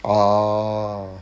orh